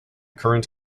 current